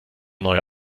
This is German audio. neuer